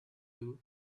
blue